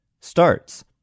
starts